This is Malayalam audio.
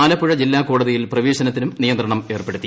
ആലപ്പുഴ ജില്ലാ കോടതിയിൽ പ്രവേശനത്തിനും നിയന്ത്രണം ഏർപ്പെടുത്തി